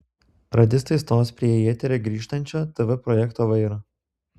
radistai stos prie į eterį grįžtančio tv projekto vairo